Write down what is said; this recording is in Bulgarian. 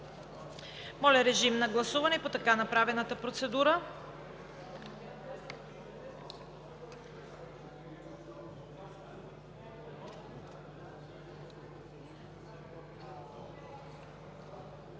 Моля, режим на гласуване по така направената процедура